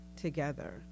together